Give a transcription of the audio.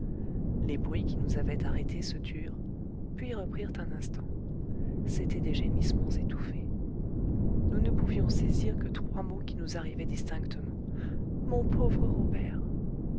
les bruits qui nous avaient arrêtés se turent puis reprirent un instant c'étaient des gémissements étouffés nous ne pouvions saisir que trois mots qui nous arrivaient distinctement mon pauvre robert